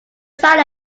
sound